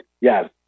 yes